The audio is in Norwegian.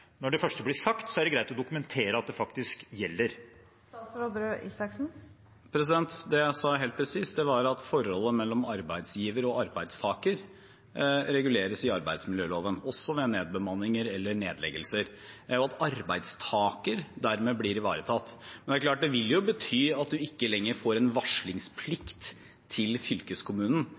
Når det først blir sagt, er det greit å dokumentere at det faktisk gjelder. Det jeg sa, helt presist, var at forholdet mellom arbeidsgiver og arbeidstaker reguleres i arbeidsmiljøloven, også ved nedbemanninger eller nedleggelser, og at arbeidstaker dermed blir ivaretatt. Det er klart at det vil bety at man ikke lenger får en varslingsplikt til fylkeskommunen